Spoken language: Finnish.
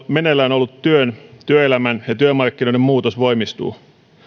meneillään ollut työn työelämän ja työmarkkinoiden muutos voimistuu